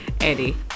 Eddie